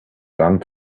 long